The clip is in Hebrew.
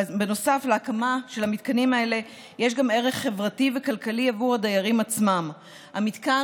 להקמה של המתקנים האלה יש ערך חברתי וכלכלי עבור הדיירים עצמם: המתקן